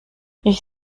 ich